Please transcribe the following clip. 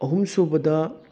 ꯑꯍꯨꯝꯁꯨꯕꯗ